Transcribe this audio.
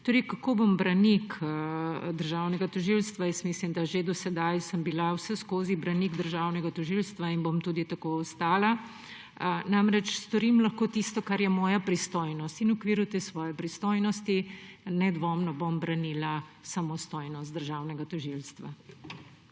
Torej, kako bom branik državnega tožilstva? Mislim, da že do sedaj sem bila vseskozi branik državnega tožilstva in bom tudi tako ostala. Namreč, storim lahko tisto, kar je moja pristojnost in v okviru te svoje pristojnosti nedvomno bom branila samostojnost državnega tožilstva.